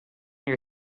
your